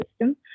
system